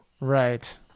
Right